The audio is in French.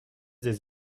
des